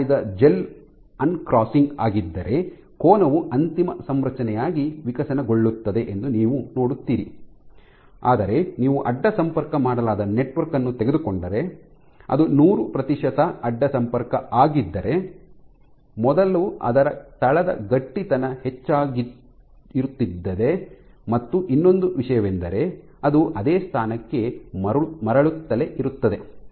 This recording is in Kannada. ನೀವು ಮಾಡಿದ ಜೆಲ್ ಅನ್ಕ್ರಾಸಿಂಗ್ ಆಗಿದ್ದರೆ ಕೋನವು ಅಂತಿಮ ಸಂರಚನೆಯಾಗಿ ವಿಕಸನಗೊಳ್ಳುತ್ತದೆ ಎಂದು ನೀವು ನೋಡುತ್ತೀರಿ ಆದರೆ ನೀವು ಅಡ್ಡ ಸಂಪರ್ಕ ಮಾಡಲಾದ ನೆಟ್ವರ್ಕ್ ಅನ್ನು ತೆಗೆದುಕೊಂಡರೆ ಅದು ನೂರು ಪ್ರತಿಶತ ಅಡ್ಡ ಸಂಪರ್ಕ ಆಗಿದ್ದರೆ ಮೊದಲು ಅದರ ತಳದ ಗಟ್ಟಿತನ ಹೆಚ್ಚಾಗಿತ್ತಿರುತ್ತದೆ ಮತ್ತು ಇನ್ನೊಂದು ವಿಷಯವೆಂದರೆ ಅದು ಅದೇ ಸ್ಥಾನಕ್ಕೆ ಮರಳುತ್ತಲೇ ಇರುತ್ತದೆ